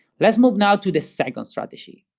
let's move now to the second strategy.